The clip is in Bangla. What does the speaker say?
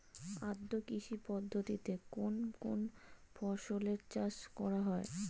আদ্র কৃষি পদ্ধতিতে কোন কোন ফসলের চাষ করা হয়?